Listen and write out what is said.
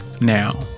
now